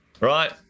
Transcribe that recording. right